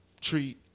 treat